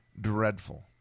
dreadful